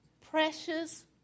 precious